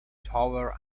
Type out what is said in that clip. tower